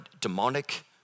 demonic